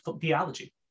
theology